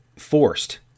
forced